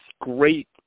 great